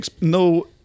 no